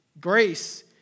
Grace